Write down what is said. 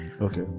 Okay